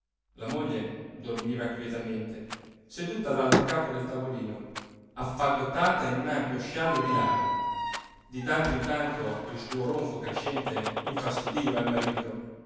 la moglie dormiva quietamente seduta all'altro capo del tavolino affagottata in un ampio scialle di lana di tanto in tanto il suo ronfo crescente infastidiva il marito